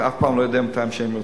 אתה אף פעם לא יודע מתי הם יוצאים.